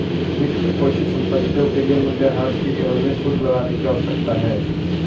वित्तपोषित संपत्तियों के लिए मूल्यह्रास के एवज में शुल्क लगाने की आवश्यकता है